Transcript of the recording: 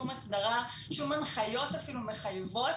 שום הסדרה ואפילו שום הנחיות מחייבות.